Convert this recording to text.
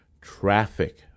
traffic